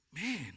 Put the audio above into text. man